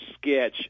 sketch